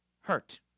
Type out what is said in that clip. hurt